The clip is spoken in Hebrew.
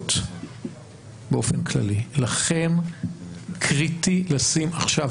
הגמישויות באופן כללי לכן קריטי לשים עכשיו